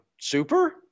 super